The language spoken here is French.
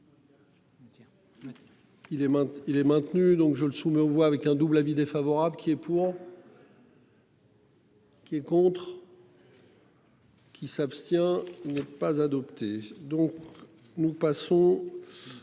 il est maintenu, donc je le soumets aux voix avec un double avis défavorable qui est pour. Qui est contre. Qui s'abstient n'est pas adopté